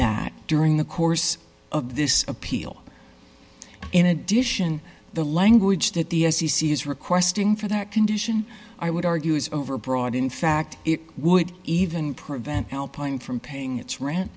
that during the course of this appeal in addition the language that the f c c is requesting for that condition i would argue is overbroad in fact it would even prevent alpine from paying